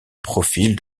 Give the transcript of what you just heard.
profils